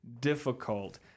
difficult